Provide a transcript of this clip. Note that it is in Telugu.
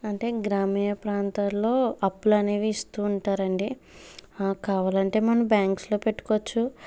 అంటే గ్రామీణ ప్రాంతాల్లో అప్పులు అనేవి ఇస్తూ ఉంటారు అండి కావాలంటే మనం బ్యాంక్స్లో పెట్టుకోవచ్చు